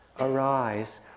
arise